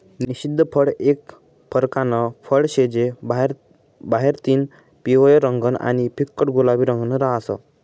निषिद्ध फळ एक परकारनं फळ शे जे बाहेरतीन पिवयं रंगनं आणि फिक्कट गुलाबी रंगनं रहास